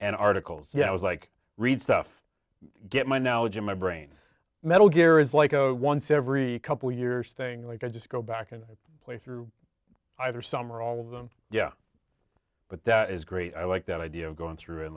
and articles yeah it was like read stuff get my knowledge in my brain metal gear is like a once every couple years things like i just go back and play through either some or all of them yeah but that is great i like that idea of going through and